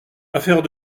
affaire